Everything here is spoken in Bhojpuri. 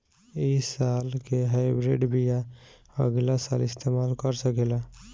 इ साल के हाइब्रिड बीया अगिला साल इस्तेमाल कर सकेला?